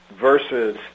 versus